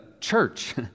church